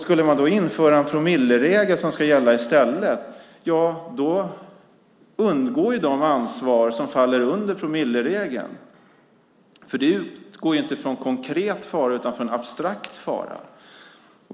Skulle man då införa en promilleregel som ska gälla i stället, då undgår de som faller under promillegränsen ansvar. En sådan utgår inte från en konkret fara utan från en abstrakt fara.